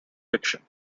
fiction